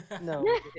No